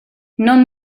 non